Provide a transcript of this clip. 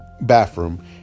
bathroom